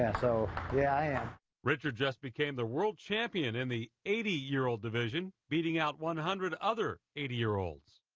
and so, yeah i am. reporter richard just became the world champion in the eighty year old division, beating out one hundred other eighty year olds.